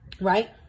right